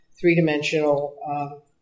three-dimensional